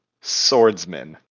Swordsman